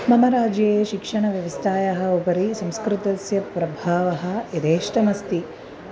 मम राज्ये शिक्षणव्यवस्थायाः उपरि संस्कृतस्य प्रभावः यथेष्टमस्ति